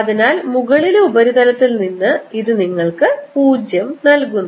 അതിനാൽ മുകളിലെ ഉപരിതലത്തിൽ നിന്ന് ഇത് നിങ്ങൾക്ക് 0 നൽകുന്നു